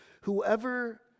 whoever